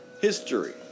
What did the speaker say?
history